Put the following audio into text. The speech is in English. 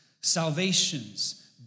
Salvations